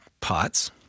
pots